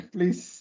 Please